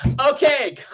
okay